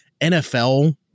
NFL